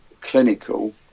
clinical